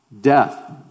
Death